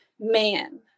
man